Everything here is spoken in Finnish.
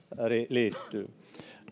liittyy